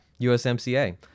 USMCA